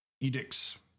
edicts